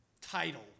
title